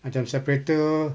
macam separator